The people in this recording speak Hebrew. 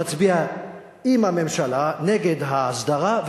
מצביע עם הממשלה נגד ההסדרה,